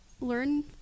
learn